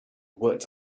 words